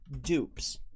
dupes